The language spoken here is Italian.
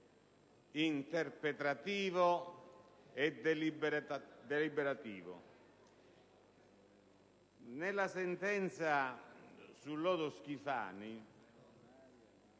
interpretativo e deliberativo. Nella sentenza sul lodo Schifani